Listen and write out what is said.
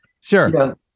Sure